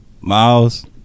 Miles